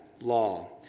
law